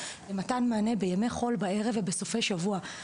מתן מענה בימי חול בערב ובסופי שבוע.